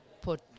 put